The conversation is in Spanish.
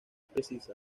precisa